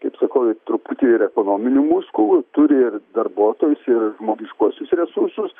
kaip sakau ir truputį ir ekonominių muskulų turi ir darbuotojus ir žmogiškuosius resursus